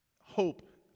hope